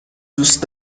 دوست